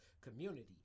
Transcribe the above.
community